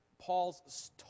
Paul's